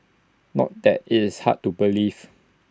not that is hard to believe